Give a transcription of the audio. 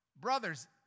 Brothers